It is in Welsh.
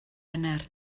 wener